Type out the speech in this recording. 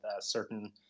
certain